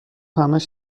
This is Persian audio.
همش